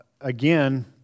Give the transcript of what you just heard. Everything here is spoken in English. again